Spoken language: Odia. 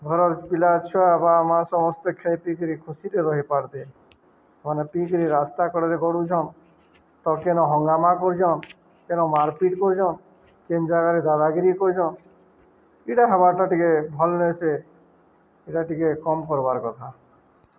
ଘରର ପିଲା ଛୁଆ ବା ମା ସମସ୍ତେ ଖାଇ ପିିକିରି ଖୁସିରେ ରହି ପାରନ୍ତେ ମାନେ ପିିକିରି ରାସ୍ତା କରେ ଗଢ଼ୁଛନ୍ ତ କେନ ହଙ୍ଗାମା କରୁଚନ୍ କେନ ମାରପିଟ କରୁଚନ୍ କେନ୍ ଜାଗାରେ ଦାଦାଗିରି କରୁଚନ୍ ଇଟା ହବାର୍ଟା ଟିକେ ଭଲ ନେ ସେେ ଏଇଟା ଟିକେ କମ୍ କର୍ବାର୍ କଥା